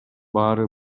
баарын